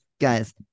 guys